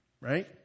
right